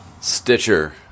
Stitcher